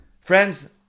Friends